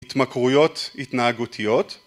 התמכרויות התנהגותיות